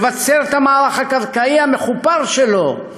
לבצר את המערך הקרקעי המחופר שלו,